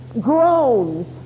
groans